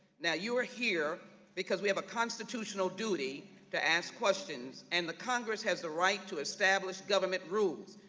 now you are here because we have a constitutional duty to ask questions and the congress has the right to establish government rules,